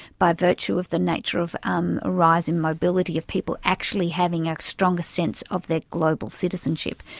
by virtue of the nature of um rising mobility, of people actually having a stronger sense of their global citizenship.